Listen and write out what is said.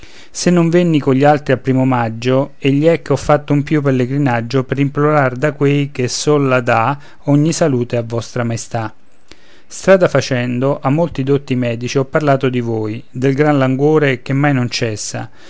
se non venni cogli altri al primo omaggio egli è che ho fatto un pio pellegrinaggio per implorar da quei che sol la dà ogni salute a vostra maestà strada facendo a molti dotti medici ho parlato di voi del gran languore che mai non cessa